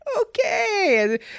okay